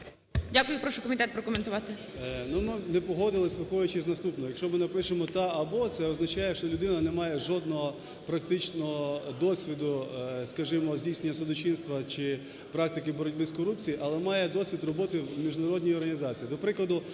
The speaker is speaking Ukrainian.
Дякую. Прошу комітет прокоментувати.